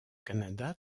canada